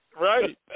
Right